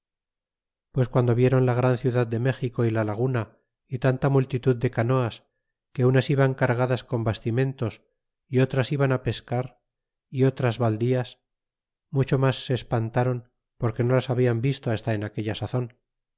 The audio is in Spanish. pues guando viéron la gran ciudad de méxico y la laguna y tanta multitud de canoas que unas iban cargadas con bastimentos y otras iban á pescar y otras valdías mucho mas se espantáron porque no las habian visto hasta en aquella sazon